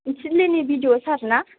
सिड्लिनि बि डि अ' सार ना